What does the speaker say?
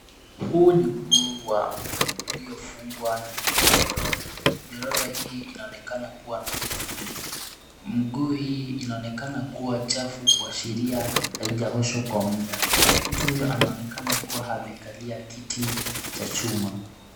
Huu ni mguu wa mtu uliofungwa na minyororo. Minyororo hii inaonekana kuwa na kufuli. Mguu hii inaonekana kuwa chafu kuashiria haijaoshwa kwa muda. Mtu huyu anaonekana kuwa amekalia kiti cha chuma.